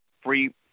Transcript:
free